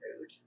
rude